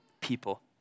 people